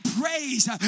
praise